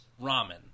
ramen